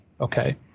okay